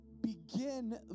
begin